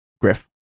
Griff